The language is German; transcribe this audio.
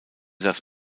das